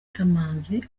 kamanzi